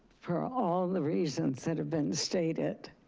for all the reasons that have been stated.